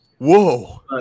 Whoa